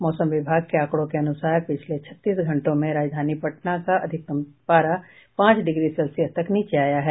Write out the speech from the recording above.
मौसम विभाग के आंकड़ों के अनुसार पिछले छत्तीस घंटों में राजधानी पटना का अधिकतम पारा पांच डिग्री सेल्सियस तक नीचे आया है